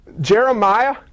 Jeremiah